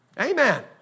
Amen